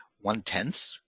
one-tenth